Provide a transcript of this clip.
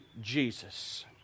Jesus